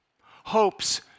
Hopes